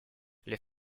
les